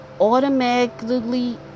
Automatically